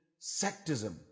sectism